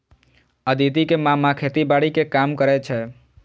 अदिति के मामा खेतीबाड़ी के काम करै छै